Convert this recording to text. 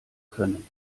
können